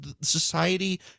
Society